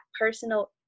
personal